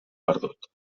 perdut